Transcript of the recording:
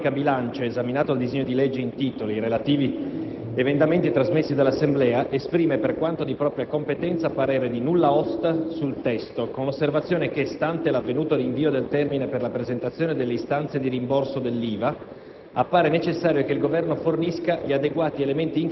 «La Commissione programmazione economica, bilancio, esaminato il disegno di legge in titolo, esprime, per quanto di competenza, parere di nulla osta sul testo con l'osservazione che, stante l'avvenuto rinvio del termine per la presentazione delle istanze di rimborso dell'IVA,